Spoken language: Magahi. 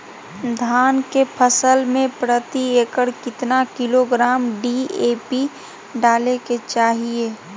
धान के फसल में प्रति एकड़ कितना किलोग्राम डी.ए.पी डाले के चाहिए?